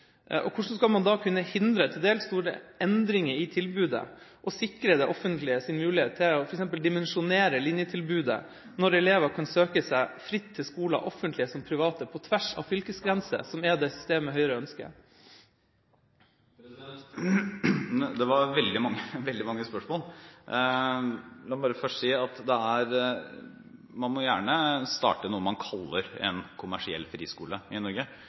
Hvordan skal man da kunne hindre til dels store endringer i tilbudet og sikre det offentliges mulighet til f.eks. å dimensjonere linjetilbudet, når elever kan søke seg fritt til skoler, offentlige som private, på tvers av fylkesgrensene, som er det systemet Høyre ønsker? Det var veldig mange spørsmål. La meg bare først si at man gjerne må starte noe man kaller en kommersiell friskole i Norge,